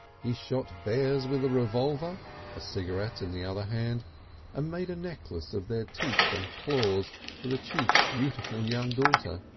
he shot bears with a revolver a cigarette in the other hand and ah made a necklace of their teeth and claws for the chief's beautiful young daughter.